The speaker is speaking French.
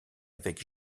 avec